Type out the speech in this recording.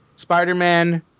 Spider-Man